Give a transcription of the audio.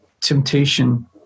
temptation